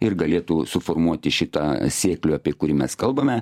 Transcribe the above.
ir galėtų suformuoti šitą sėklių apie kurį mes kalbame